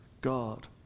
God